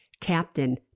Captain